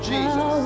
Jesus